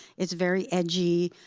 it's very edgy.